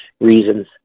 reasons